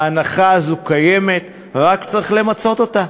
ההנחה הזאת קיימת, רק צריך למצות אותה.